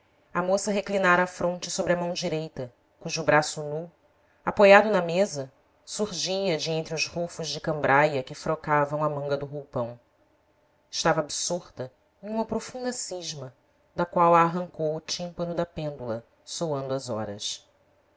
a moça reclinara a fronte sobre a mão direita cujo braço nu apoiado na mesa surgia de entre os rofos de cambraia que frocavam a manga do roupão estava absorta em uma profunda cisma da qual a arrancou o tímpano da pêndula soando as horas